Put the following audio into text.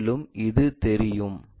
மேலும் இது தெரியும்